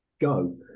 go